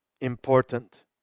important